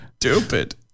stupid